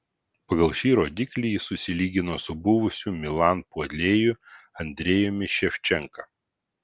pagal šį rodiklį jis susilygino su buvusiu milan puolėju andrejumi ševčenka